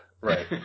Right